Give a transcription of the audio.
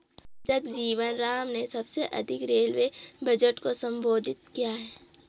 जगजीवन राम ने सबसे अधिक रेलवे बजट को संबोधित किया है